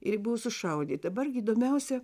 ir buvo sušaudyti dabar įdomiausia